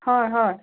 হয় হয়